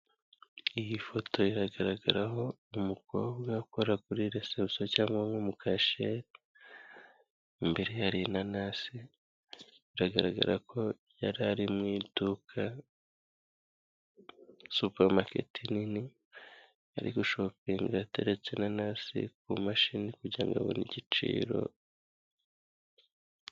Iyi foto iragaragaraho umukobwa ukora kuri Resebusiyo cyangwa nk'umucashiyeri, imbere ye hari inanasi biragaragara ko yari ari mu iduka supamaketi nini ari gushopinga yateretse inanasi ku mashini kugirango abone igiciro.